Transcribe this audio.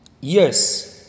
Yes